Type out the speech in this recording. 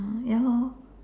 ya lor